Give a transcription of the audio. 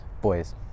Boys